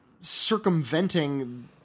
circumventing